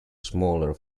smaller